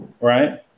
Right